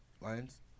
Lions